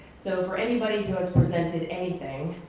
so for anybody who has presented anything,